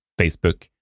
Facebook